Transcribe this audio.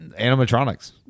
animatronics